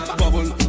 bubble